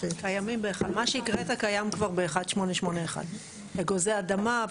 מה שהקראת קיים כבר ב-1881, אגוזי אדמה.